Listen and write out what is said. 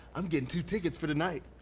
i'm getting two tickets for tonight.